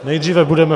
Nejdříve budeme...